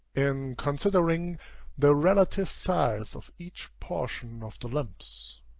in considering the relative size of each portion of the limbs